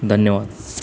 धन्यवाद